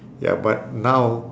ya but now